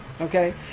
okay